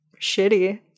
shitty